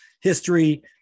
history